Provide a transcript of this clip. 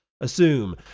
assume